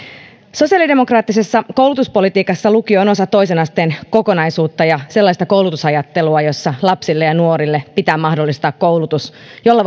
sosiaalidemokraattisessa koulutuspolitiikassa lukio on osa toisen asteen kokonaisuutta ja sellaista koulutusajattelua jossa lapsille ja nuorille pitää mahdollistaa koulutus jolla